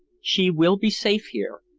she will be safe here,